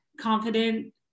confident